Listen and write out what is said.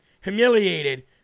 humiliated